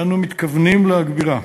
ואנו מתכוונים להגבירם.